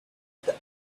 the